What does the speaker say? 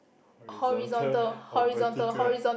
horizontal or vertical